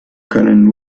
können